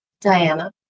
Diana